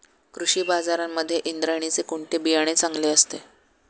कृषी बाजारांमध्ये इंद्रायणीचे कोणते बियाणे चांगले असते?